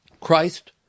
Christ